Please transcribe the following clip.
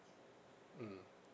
mm